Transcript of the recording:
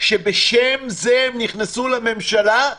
שבשם זה הם נכנסו לממשלה,